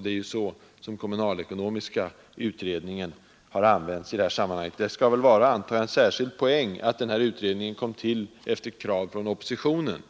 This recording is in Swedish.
Det är så som kommunalekonomiska utredningen har använts i detta sammanhang. Det skall väl vara en särskild poäng att utredningen kom till efter krav från oppositionen,